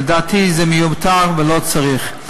לדעתי זה מיותר ואין בכך צורך,